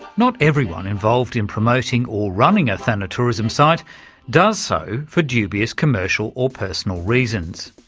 not everyone involved in promoting or running a thanatourism site does so for dubious commercial or personal reasons.